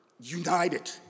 united